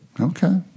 Okay